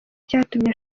cyatumye